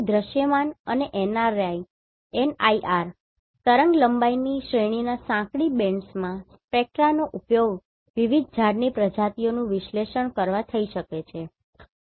તેથી દૃશ્યમાન અને NIR તરંગલંબાઇની શ્રેણીના સાંકડી બેન્ડ્સમાં સ્પેક્ટ્રાનો ઉપયોગ વિવિધ ઝાડની પ્રજાતિઓનું વિશ્લેષણ કરવા માટે થઈ શકે છે બરાબર